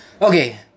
okay